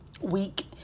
week